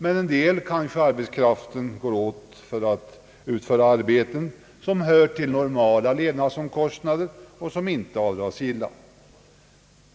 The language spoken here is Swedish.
Men en del av arbetet går kanske åt för att utföra arbeten som hör till normala levnadskostnader och som inte är avdragsgilla.